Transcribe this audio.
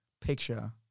picture